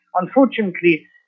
unfortunately